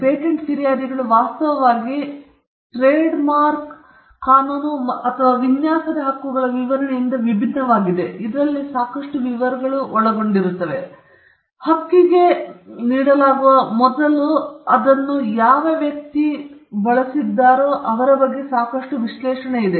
patent ಫಿರ್ಯಾದಿಗಳು ವಾಸ್ತವವಾಗಿ trademark ಕಾನೂನು ಅಥವಾ ವಿನ್ಯಾಸದ ಹಕ್ಕುಗಳ ವಿಚಾರಣೆಯಿಂದ ವಿಭಿನ್ನವಾಗಿದೆ ಇದರಲ್ಲಿ ಸಾಕಷ್ಟು ವಿವರಗಳನ್ನು ಒಳಗೊಂಡಿರುತ್ತದೆ ಹಕ್ಕಿಗೆ ನೀಡಲಾಗುವ ಮೊದಲು ಅದನ್ನು ಯಾವ ವ್ಯಕ್ತಿಯು ಹೋಗುತ್ತಾನೋ ಅದರ ಬಗ್ಗೆ ಸಾಕಷ್ಟು ವಿಶ್ಲೇಷಣೆ ಇದೆ